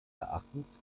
erachtens